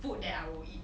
food that I will eat